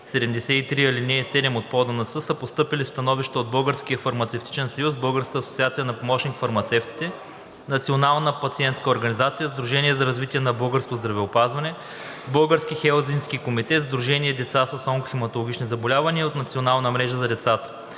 73, ал. 7 от ПОДНС са постъпили становища от Българския фармацевтичен съюз, Българската асоциация на помощник-фармацевтите, Националната пациентска организация, Сдружението за развитие на българското здравеопазване, Българския хелзинкски комитет, Сдружение „Деца с онкохематологични заболявания“ и от Националната мрежа за децата.